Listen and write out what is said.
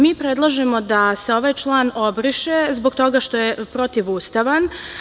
Mi predlažemo da se ovaj član obriše, zbog toga što je protivustavan.